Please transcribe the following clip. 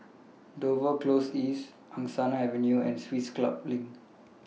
Dover Close East Angsana Avenue and Swiss Club LINK